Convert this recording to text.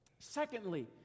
Secondly